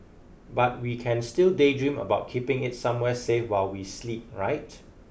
but we can still daydream about keeping it somewhere safe while we sleep right